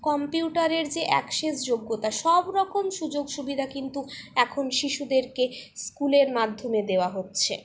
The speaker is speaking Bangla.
কম্পিউটারের যে অ্যাকসেস যোগ্যতা সব রকম সুযোগ সুবিধা কিন্তু এখন শিশুদেরকে স্কুলের মাধ্যমে দেওয়া হচ্ছে